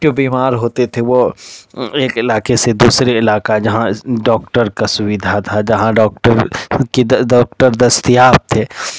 جو بیمار ہوتے تھے وہ ایک علاقے سے دوسرے علاقہ جہاں ڈاکٹر کا سوودھا تھا جہاں ڈاکٹر کی ڈاکٹر دستیاب تھے